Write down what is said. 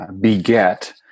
beget